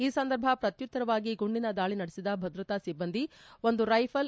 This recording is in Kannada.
ಈ ಸಂದರ್ಭ ಪ್ರತ್ಯತ್ತರವಾಗಿ ಗುಂಡಿನ ದಾಳಿ ನಡೆಸಿದ ಭದ್ರತಾ ಸಿಬ್ಬಂದಿ ಒಂದು ರೈಫಲ್